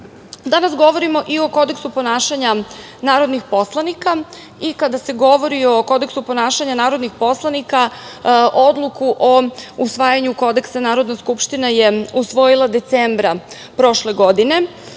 govorimo i o Kodeksu ponašanja narodnih poslanika. Kada se govori o Kodeksu ponašanja narodnih poslanika Odluku o usvajanja Kodeksa Narodna skupština je usvojila decembra prošle godine.